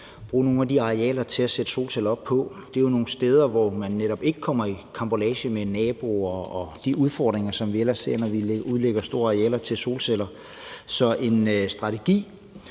bruge nogle af de arealer til at sætte solceller op. Det er jo nogle steder, hvor man netop ikke kommer i karambolage med naboer og får de udfordringer, som vi ellers får, når vi udlægger store arealer til solceller. Så en strategi